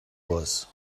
was